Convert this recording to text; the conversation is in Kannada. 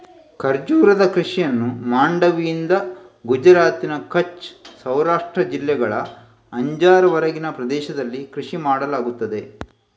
ಖರ್ಜೂರದ ಕೃಷಿಯನ್ನು ಮಾಂಡವಿಯಿಂದ ಗುಜರಾತ್ನ ಕಚ್ ಸೌರಾಷ್ಟ್ರ ಜಿಲ್ಲೆಗಳ ಅಂಜಾರ್ ವರೆಗಿನ ಪ್ರದೇಶದಲ್ಲಿ ಕೃಷಿ ಮಾಡಲಾಗುತ್ತದೆ